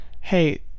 hey